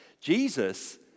Jesus